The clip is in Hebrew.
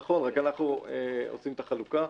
נכון, רק אנחנו עושים את החלוקה.